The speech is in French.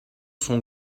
sont